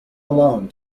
alone